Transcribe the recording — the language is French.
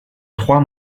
trois